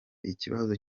ikibazo